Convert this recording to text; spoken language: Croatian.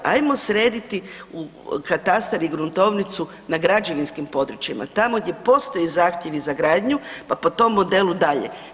Ajmo srediti katastar i gruntovnicu na građevinskim područjima, tamo gdje postoje zahtjevi za gradnju, pa po tom modelu dalje.